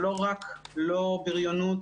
תודה.